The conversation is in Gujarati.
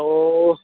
તો